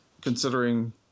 considering